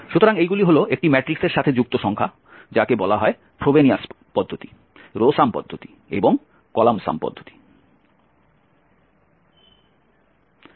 সুতরাং এইগুলি হল একটি ম্যাট্রিক্সের সাথে যুক্ত সংখ্যা যাকে বলা হয় ফ্রোবেনিয়াস পদ্ধতি রো সাম পদ্ধতি এবং কলাম সাম পদ্ধতি